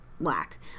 black